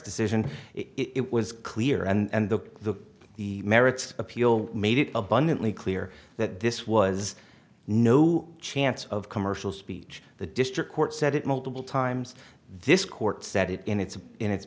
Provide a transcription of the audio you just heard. decision it was clear and the the merits appeal made it abundantly clear that this was no chance of commercial speech the district court said it multiple times this court said it in its in its